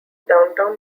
downtown